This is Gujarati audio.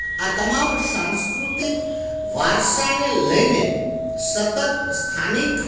આ તમામ સાંસ્કૃતિક વારસાને લઈને સતત સ્થાનિક